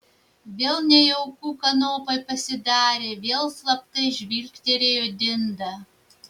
vėl nejauku kanopai pasidarė vėl slaptai žvilgterėjo dindą